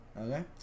okay